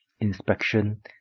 inspection